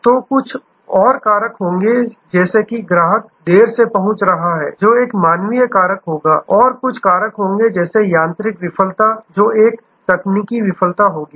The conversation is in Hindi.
तो कुछ कारक होंगे जैसे कि ग्राहक देर से पहुंच रहा है जो एक मानवीय कारक होगा कुछ कारक होंगे जैसे यांत्रिक विफलता जो एक तकनीकी विफलता होगी